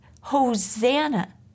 Hosanna